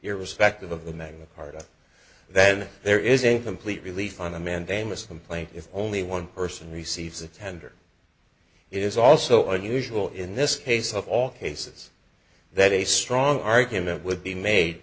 irrespective of the magna carta then there is a complete release on a mandamus complaint if only one person receives a tender it is also unusual in this case of all cases that a strong argument would be made